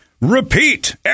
repeat